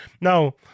Now